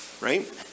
Right